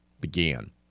began